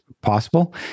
possible